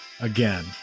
Again